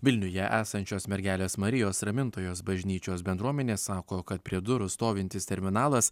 vilniuje esančios mergelės marijos ramintojos bažnyčios bendruomenė sako kad prie durų stovintis terminalas